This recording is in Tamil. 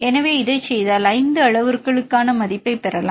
எனவே இதைச் செய்தால் இந்த 5 அளவுருக்களுக்கான மதிப்புகளைப் பெறலாம்